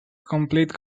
complete